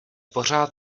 pořád